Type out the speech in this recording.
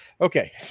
Okay